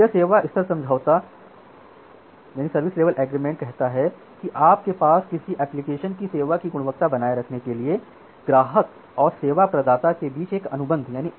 यह सेवा स्तर समझौता कहता है कि आपके पास किसी एप्लिकेशन की सेवा की गुणवत्ता बनाए रखने के लिए ग्राहक और सेवा प्रदाता के बीच एक अनुबंध है